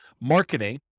marketing